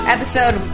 Episode